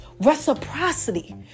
Reciprocity